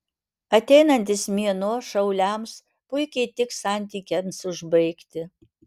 ateinantis mėnuo šauliams puikiai tiks santykiams užbaigti